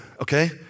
okay